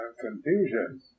confusion